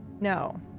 No